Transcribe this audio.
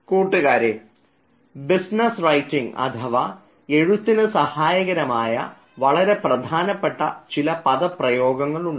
കൂട്ടുകാരെ business writing അഥവാ എഴുത്തിന് സഹായകരമായ വളരെ പ്രധാനപ്പെട്ട ചില പദപ്രയോഗങ്ങൾ ഉണ്ട്